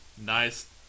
nice